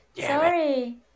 Sorry